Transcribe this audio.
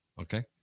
okay